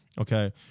okay